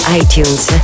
iTunes